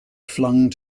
flung